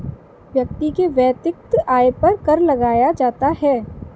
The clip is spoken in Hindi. व्यक्ति के वैयक्तिक आय पर कर लगाया जाता है